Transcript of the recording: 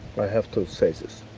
i have to say this.